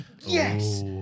Yes